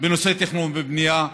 בנושא תכנון ובנייה,